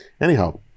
Anyhow